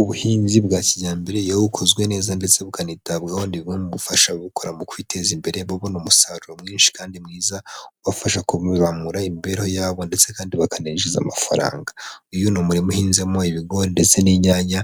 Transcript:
Ubuhinzi bwa kijyambere iyo bukozwe neza ndetse bukanitabwaho, ni bumwe mubufasha ababukora mu kwiteza imbere, babona umusaruro mwinshi kandi mwiza, ubafasha kuzamura imibereho yabo ndetse kandi bakananjiza amafaranga. Uyu ni umurima uhinzemo ibigori ndetse n'inyanya,